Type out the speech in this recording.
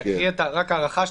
רק הארכה שלכם,